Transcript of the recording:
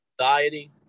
anxiety